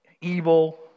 evil